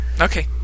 Okay